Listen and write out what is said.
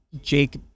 Jake